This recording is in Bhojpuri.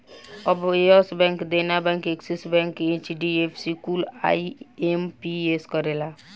अब Yes Bank, Dena Bank, Axis Bank, HDFC कुल आई.एम.पी.एस करेला